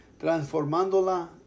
transformándola